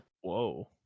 Whoa